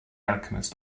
alchemist